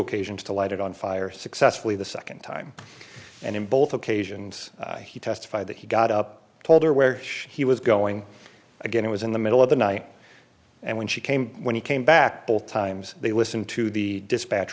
occasions to light it on fire successfully the second time and in both occasions he testified that he got up told her where he was going again it was in the middle of the night and when she came when he came back both times they listen to the dispatch